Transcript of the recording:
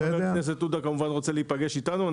אם חבר הכנסת עודה רוצה להיפגש איתנו,